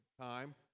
time